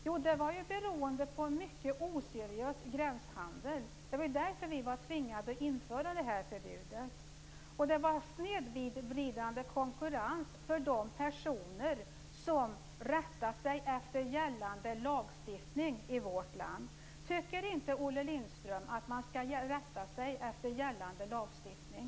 Jo, det berodde på en mycket oseriös gränshandel. Därför tvingades vi införa detta förbud. Denna gränshandel innebar en snedvridande konkurrens för de personer som rättar sig efter gällande lagstiftning i vårt land. Tycker inte Olle Lindström att man skall rätta sig efter gällande lagstiftning?